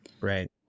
Right